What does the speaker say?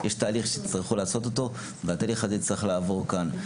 יש תהליך שיצטרכו לעשות אותו והתהליך הזה יצטרך לעבור כאן.